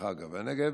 ובמרחב הנגב.